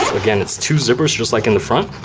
again, it's two zippers just like in the front.